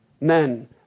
men